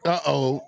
Uh-oh